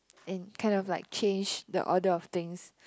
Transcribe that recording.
and kind of like change the order of things